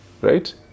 right